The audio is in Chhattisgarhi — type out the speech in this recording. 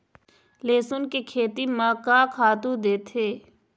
लेसुन के खेती म का खातू देथे?